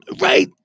Right